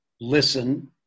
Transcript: listen